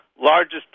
largest